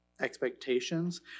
expectations